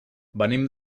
venim